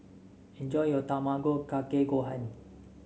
enjoy your Tamago Kake Gohan